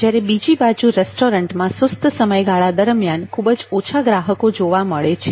જ્યારે બીજી બાજુ રેસ્ટોરન્ટમાં સુસ્ત સમયગાળા દરમિયાન ખૂબ જ ઓછા ગ્રાહકો જોવા મળે છે